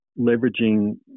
leveraging